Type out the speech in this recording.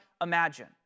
imagine